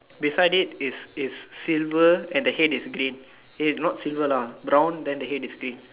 beside it is is silver and the head is green eh not silver lah brown then the head is green